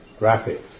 graphics